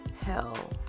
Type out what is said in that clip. Hell